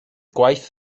gwaith